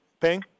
Ping